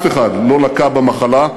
אף אחד לא לקה במחלה,